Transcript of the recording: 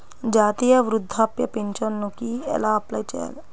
జాతీయ వృద్ధాప్య పింఛనుకి ఎలా అప్లై చేయాలి?